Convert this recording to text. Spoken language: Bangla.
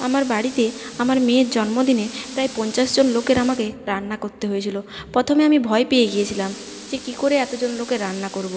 আমার বাড়িতে আমার মেয়ের জন্মদিনে প্রায় পঞ্চাশজন লোকের আমাকে রান্না করতে হয়েছিলো প্রথমে আমি ভয় পেয়ে গিয়েছিলাম যে কি করে এতজন লোকের রান্না করবো